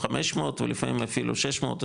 500 ולפעמים אפילו 600,